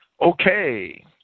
Okay